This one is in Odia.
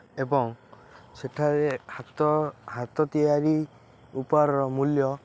ଏବଂ ସେଠାରେ ହାତ ହାତ ତିଆରି ଉପହାରର ମୂଲ୍ୟ